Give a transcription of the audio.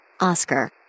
Oscar